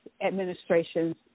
administrations